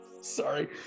sorry